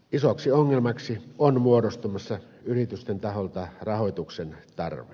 isoksi ongelmaksi on muodostumassa yritysten taholta rahoituksen tarve